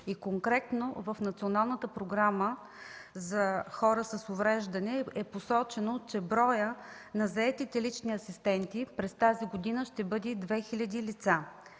конкретно в Националната програма за хора с увреждания е посочено, че броят на заетите лични асистенти през тази година ще бъде 2000 лица.